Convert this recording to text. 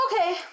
Okay